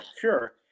Sure